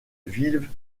vive